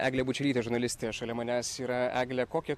eglė bučelytė žurnalistė šalia manęs yra egle kokią